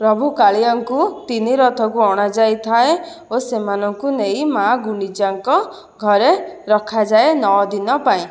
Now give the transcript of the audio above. ପ୍ରଭୁ କାଳିଆଙ୍କୁ ତିନି ରଥକୁ ଅଣାଯାଇଥାଏ ଓ ସେମାନଙ୍କୁ ନେଇ ମା' ଗୁଣ୍ଡିଚାଙ୍କ ଘରେ ରଖାଯାଏ ନଅ ଦିନ ପାଇଁ